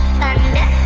thunder